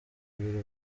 biro